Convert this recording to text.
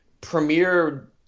premier